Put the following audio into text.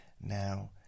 Now